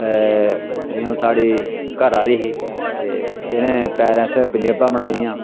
जियां हून साढ़ी घरा आह्ली ही ते इ'नें पैरें आस्तै पंजेबां बनाई दियां